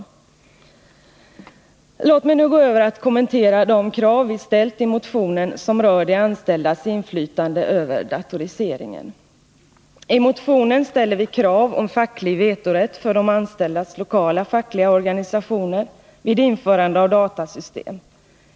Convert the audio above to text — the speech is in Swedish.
Jag skall så gå över till att kommentera de krav vi ställer i motionen rörande de anställdas inflytande över datoriseringen. I motionen ställer vi krav om facklig vetorätt för de anställdas lokala fackliga organisationer vid införande av datasystem.